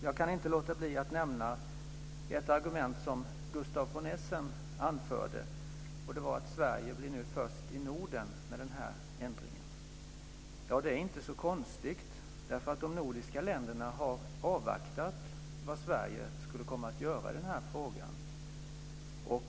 Jag kan inte låta bli att nämna ett argument som Gustaf von Essen anförde, nämligen att Sverige nu blir först i Norden med den här ändringen. Det är inte så konstigt, därför att de nordiska länderna har avvaktat vad Sverige skulle komma att göra i frågan.